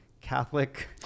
Catholic